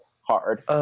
hard